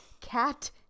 cat